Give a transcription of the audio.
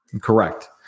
Correct